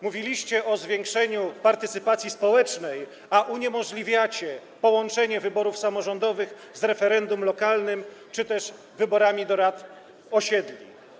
Mówiliście o zwiększeniu partycypacji społecznej, a uniemożliwiacie połączenie wyborów samorządowych z referendum lokalnym czy też wyborami do rad osiedli.